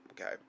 Okay